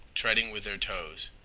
treading with their toes.